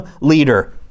leader